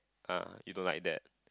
ah you don't like that